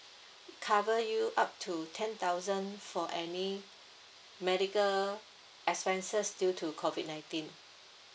cover you up to ten thousand for any medical expenses due to COVID nineteen